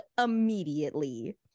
immediately